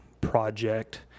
Project